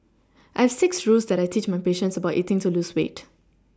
I have six rules that I teach my patients about eating to lose weight